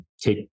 take